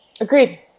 Agreed